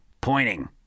Pointing